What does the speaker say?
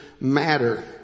matter